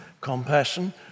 compassion